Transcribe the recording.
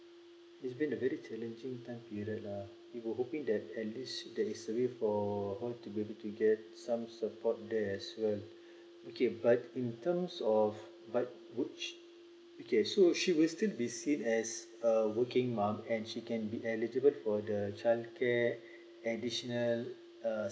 it's been a very challenging time period lah we were hoping that at least there is a way for us be able to get some support there as well okay but in terms of but would she okay so she will still be seen as a working mum and she can be eligible for the child care additional uh